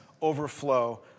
overflow